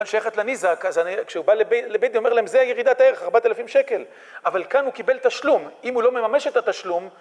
אני שייכת לניזק, אז כשהוא בא לבית דין, אומר להם, זו ירידת הערך, 4,000 שקל, אבל כאן הוא קיבל תשלום. אם הוא לא מממש את התשלום...